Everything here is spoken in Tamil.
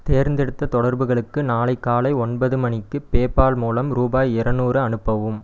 தேர்ந்தெடுத்த தொடர்புகளுக்கு நாளை காலை ஒன்பது மணிக்கு பேபால் மூலம் ரூபாய் இரநூறு அனுப்பவும்